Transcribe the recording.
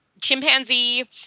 chimpanzee